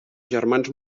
germans